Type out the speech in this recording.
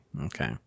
Okay